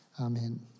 Amen